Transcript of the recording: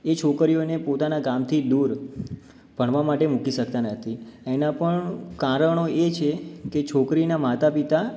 એ છોકરીઓને પોતાનાં ગામથી દૂર ભણવાં માટે મૂકી શકતાં નથી એના પણ કારણો એ છે કે છોકરીનાં માતા પિતા